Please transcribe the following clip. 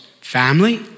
family